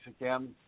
again